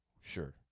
Sure